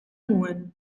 nuen